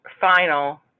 final